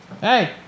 Hey